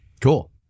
Cool